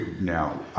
Now